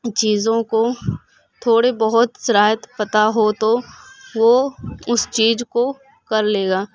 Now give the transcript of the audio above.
چیزوں کو تھوڑی بہت صلاحیت پتا ہو تو وہ اس چیز کو کر لے گا